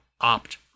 Opt